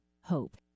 hope